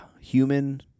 human